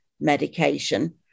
medication